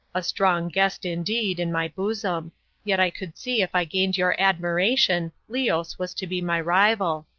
a strong guest indeed, in my bosom yet i could see if i gained your admiration leos was to be my rival.